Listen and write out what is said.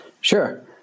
Sure